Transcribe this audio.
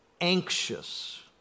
anxious